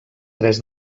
tres